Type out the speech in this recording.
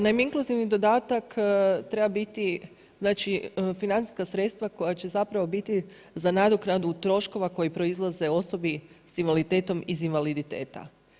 Naime, inkluzivni dodatak treba biti, znači financijska sredstva koja će zapravo biti za nadoknadu troškova koji proizlaze osobi sa invaliditetom iz invaliditeta.